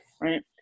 right